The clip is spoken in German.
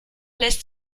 lässt